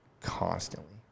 constantly